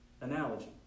analogy